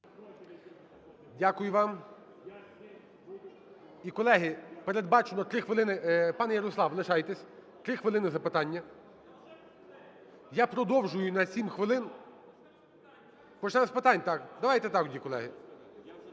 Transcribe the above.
Дякую вам. І, колеги, передбачено три хвилини. Пане Ярослав, лишайтеся. Три хвилини запитання. Я продовжую на сім хвилин. Почнемо з питань? Давайте так тоді, колеги.